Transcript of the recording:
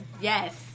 Yes